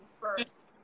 first